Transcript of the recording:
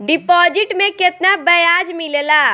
Deposit मे केतना बयाज मिलेला?